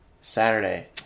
Saturday